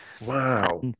Wow